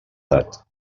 edat